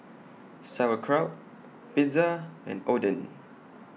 Sauerkraut Pizza and Oden